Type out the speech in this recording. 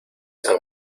han